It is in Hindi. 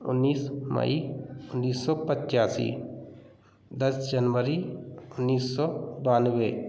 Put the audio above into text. उन्नीस मई उन्नीस सौ पच्चासी दस जनवरी उन्नीस सौ बानवे